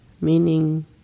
meaning